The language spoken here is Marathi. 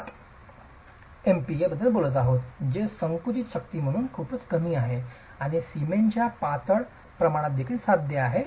7 MPa बद्दल बोलत आहोत जे एक संकुचित शक्ती म्हणून खूपच कमी आहे आणि सिमेंटच्या पातळ प्रमाणातदेखील साध्य आहे